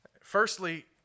Firstly